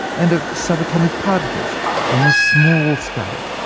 and of subatomic particles on the small-scale.